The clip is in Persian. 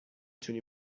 تونی